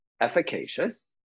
efficacious